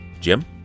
Jim